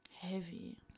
Heavy